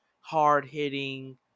hard-hitting